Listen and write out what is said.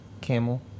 Camel